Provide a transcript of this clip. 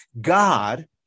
God